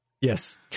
Yes